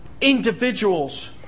individuals